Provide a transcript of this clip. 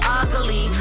ugly